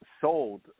sold